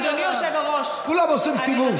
אדוני היושב-ראש, כולם עושים סיבוב.